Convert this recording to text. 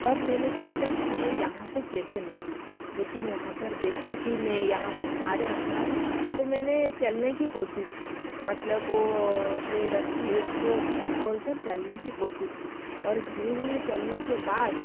तब मैंने सोचा कि मैं यहाँ से कैसे निकलूँ लेकिन वहाँ पर देखा कि मैं यहाँ पर सारे अंधेरा है तो मैंने चलने की कोशिश की मतलब वो जो रस्सी उसको खोल कर चलने की कोशिश की और धीरे धीरे चलने के बाद